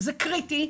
זה קריטי,